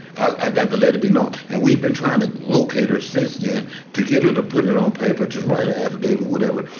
i got to let it be known. and we've been trying to locate her since then to get her to put it on paper to write a affidavit, whatever.